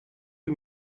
den